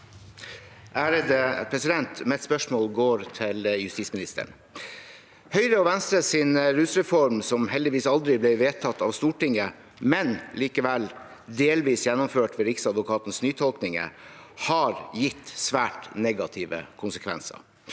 (FrP) Mitt spørs- mål går til justisministeren. Høyres og Venstres rusreform – som heldigvis aldri ble vedtatt av Stortinget, men likevel delvis gjennomført ved Riksadvokatens nytolkninger – har gitt svært negative konsekvenser.